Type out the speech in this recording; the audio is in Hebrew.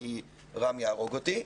כי רם יהרוג אותי,